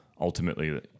ultimately